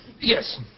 Yes